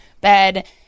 bed